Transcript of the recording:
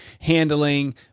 handling